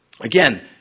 Again